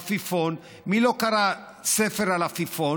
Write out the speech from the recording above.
עפיפון, מי לא קרא ספר על עפיפון?